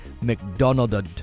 McDonald's